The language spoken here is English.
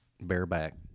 bareback